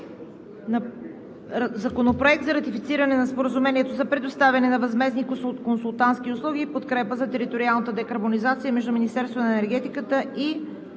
Законопроект за ратифициране на Споразумението за предоставяне на възмездни консултантски услуги „Подкрепа за териториалната декарбонизация“ между Министерството на енергетиката и